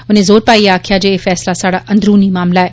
उनें जोर पाइयै आक्खेआ जे एह फैसला साढ़ा अंदरूनी मामला ऐ